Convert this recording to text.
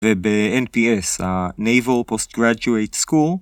ובאנ-פי-אס, הנייבול פוסט גראד'יואט סקול